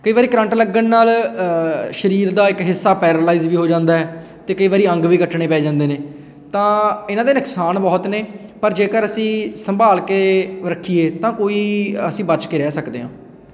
ਕਈ ਵਾਰੀ ਕਰੰਟ ਲੱਗਣ ਨਾਲ ਸਰੀਰ ਦਾ ਇੱਕ ਹਿੱਸਾ ਪੈਰਾਲਾਈਜ਼ ਵੀ ਹੋ ਜਾਂਦਾ ਅਤੇ ਕਈ ਵਾਰੀ ਅੰਗ ਵੀ ਕੱਟਣੇ ਪੈ ਜਾਂਦੇ ਨੇ ਤਾਂ ਇਹਨਾਂ ਦੇ ਨੁਕਸਾਨ ਬਹੁਤ ਨੇ ਪਰ ਜੇਕਰ ਅਸੀਂ ਸੰਭਾਲ ਕੇ ਰੱਖੀਏ ਤਾਂ ਕੋਈ ਅਸੀਂ ਬਚ ਕੇ ਰਹਿ ਸਕਦੇ ਹਾਂ